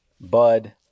Bud